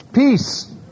Peace